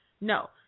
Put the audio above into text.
No